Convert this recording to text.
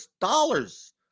Dollars